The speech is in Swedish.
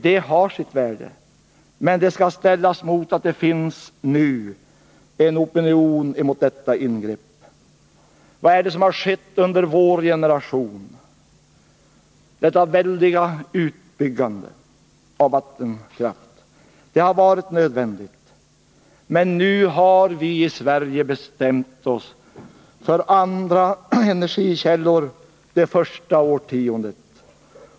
Det har sitt värde, men det skall ställas mot att det nu finns en opinion mot detta ingrepp. Vad är det som har skett under vår generation? Det väldiga utbyggandet av vattenkraft har varit nödvändigt, men nu har vi i Sverige bestämt oss för andra energikällor under det närmaste årtiondet.